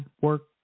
work